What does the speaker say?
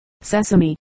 Sesame